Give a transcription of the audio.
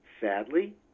Sadly